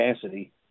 capacity